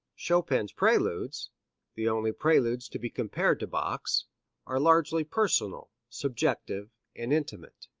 chopin's preludes the only preludes to be compared to bach's are largely personal, subjective, and intimate.